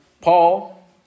Paul